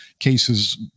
cases